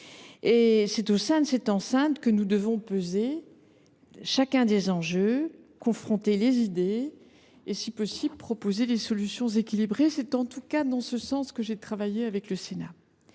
dans l’enceinte de cet hémicycle que nous devons peser chacun des enjeux, confronter les idées et, si possible, proposer des solutions équilibrées. En tout cas, c’est en ce sens que j’ai travaillé avec le Sénat.